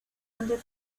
donde